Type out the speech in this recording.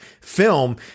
film